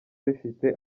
bifite